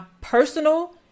personal